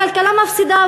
הכלכלה מפסידה,